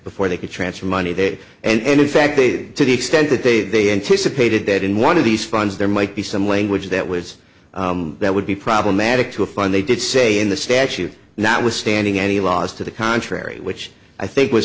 before they could transfer money that and in fact to the extent that they they anticipated that in one of these funds there might be some language that was that would be problematic to a fund they did say in the statute not withstanding any laws to the contrary which i think was